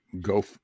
go